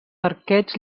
arquets